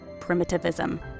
primitivism